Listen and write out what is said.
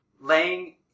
laying